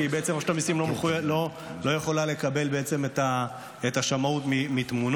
כי בעצם רשות המיסים לא יכולה לקבל בעצם את השמאות מתמונות.